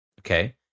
Okay